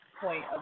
point